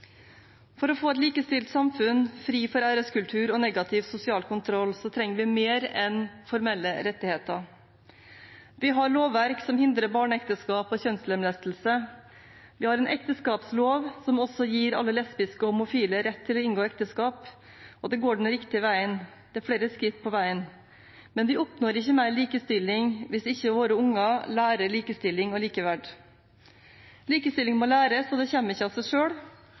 For å få et likestilt samfunn, fritt for æreskultur og negativ sosial kontroll, trenger vi mer enn formelle rettigheter. Vi har lovverk som hindrer barneekteskap og kjønnslemlestelse. Vi har en ekteskapslov som også gir alle lesbiske og homofile rett til å inngå ekteskap, og det går den riktige veien – det er flere skritt på veien. Men vi oppnår ikke mer likestilling hvis ikke våre barn lærer likestilling og likeverd. Likestilling må læres, og det kommer ikke av seg